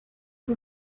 two